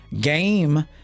Game